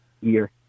year